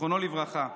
זיכרונו לברכה.